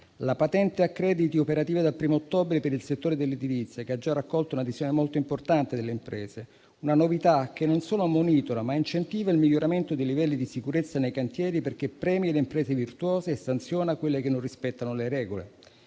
la patente a crediti, operativa dal 1° ottobre per il settore dell'edilizia, che ha già raccolto un'adesione molto importante delle imprese; è una novità che non solo monitora, ma incentiva il miglioramento dei livelli di sicurezza nei cantieri, perché premia le imprese virtuose e sanziona quelle che non rispettano le regole.